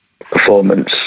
performance